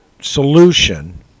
solution